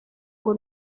ngo